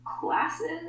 classes